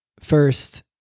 First